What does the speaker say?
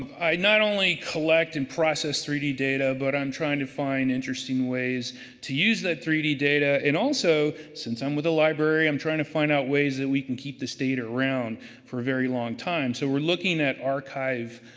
i not only collect and process three d data, but i'm trying to find interesting ways to use that three d data. and also, since i'm with a library, i'm trying to find out ways that we can keep this data around for a very long time. so, we're looking at archive